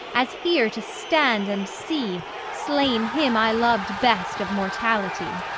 as here to stand and see slain him i loved best of mortality!